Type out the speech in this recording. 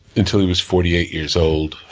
until he was forty eight years old,